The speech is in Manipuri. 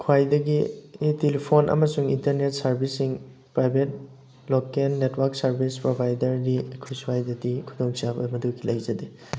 ꯈ꯭ꯋꯥꯏꯗꯒꯤ ꯇꯤꯂꯤꯐꯣꯟ ꯑꯃꯁꯨꯡ ꯏꯟꯇꯔꯅꯦꯠ ꯁꯥꯔꯚꯤꯁꯁꯤꯡ ꯄ꯭ꯔꯥꯏꯚꯦꯠ ꯂꯣꯀꯦꯜ ꯅꯦꯠꯋꯥꯛ ꯁꯥꯔꯚꯤꯁ ꯄ꯭ꯔꯣꯚꯥꯏꯗꯔꯗꯤ ꯑꯩꯈꯣꯏ ꯁ꯭ꯋꯥꯏꯗꯗꯤ ꯈꯨꯗꯣꯡꯆꯥꯕ ꯃꯗꯨꯒꯤ ꯂꯩꯖꯗꯦ